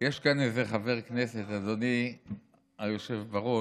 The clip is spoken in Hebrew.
איזה חבר כנסת, אדוני היושב בראש,